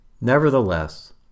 Nevertheless